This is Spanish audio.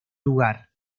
lugar